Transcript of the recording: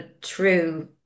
true